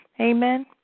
Amen